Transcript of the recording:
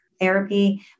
therapy